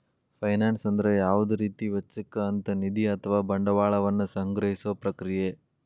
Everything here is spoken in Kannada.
ಫೈನಾನ್ಸ್ ಅಂದ್ರ ಯಾವುದ ರೇತಿ ವೆಚ್ಚಕ್ಕ ಅಂತ್ ನಿಧಿ ಅಥವಾ ಬಂಡವಾಳ ವನ್ನ ಸಂಗ್ರಹಿಸೊ ಪ್ರಕ್ರಿಯೆ